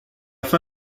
fin